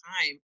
time